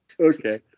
Okay